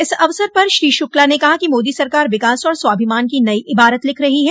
इस अवसर पर श्री शुक्ला ने कहा कि मोदी सरकार विकास और स्वाभिमान की नई इबारत लिख रही है